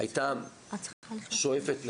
שואפת לאפס,